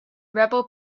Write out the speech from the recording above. rebel